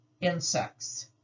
insects